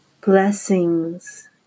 Blessings